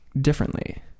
differently